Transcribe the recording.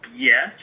Yes